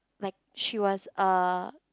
like she was uh